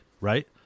right